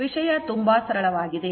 ವಿಷಯ ತುಂಬಾ ಸರಳವಾಗಿದೆ